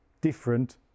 different